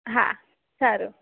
હા સારું